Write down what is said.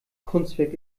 kunstwerk